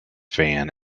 fan